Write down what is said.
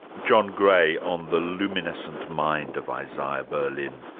john gray, on the luminescent mind of isaiah berlin.